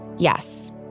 Yes